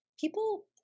People